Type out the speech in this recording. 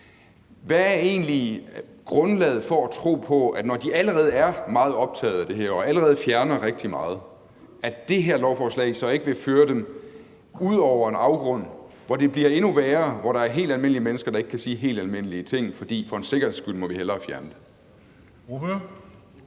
egentlig grundlaget for at tro på, når de allerede er meget optaget af det her og allerede fjerner rigtig meget, at det her lovforslag ikke vil føre dem ud over en afgrund, hvor det bliver endnu værre, og hvor der er helt almindelige mennesker, der ikke kan sige helt almindelige ting, fordi man for en sikkerheds skyld hellere må fjerne det?